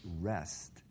rest